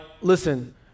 listen